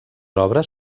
obres